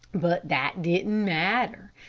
but that didn't matter,